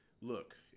look